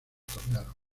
otorgaron